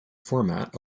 format